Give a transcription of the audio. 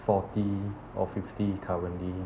forty or fifty currently